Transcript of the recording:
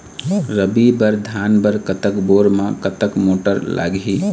रबी बर धान बर कतक बोर म कतक मोटर लागिही?